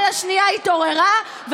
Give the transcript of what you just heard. ישראל השנייה התעוררה.